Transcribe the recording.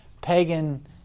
pagan